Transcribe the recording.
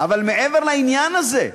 אבל מעבר לעניין הזה,